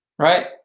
right